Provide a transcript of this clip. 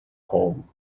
home